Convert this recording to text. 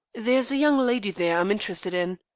there's a young lady there i'm interested in.